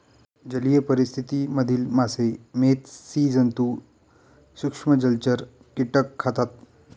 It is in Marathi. जलीय परिस्थिति मधील मासे, मेध, स्सि जन्तु, सूक्ष्म जलचर, कीटक खातात